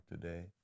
today